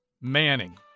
Manning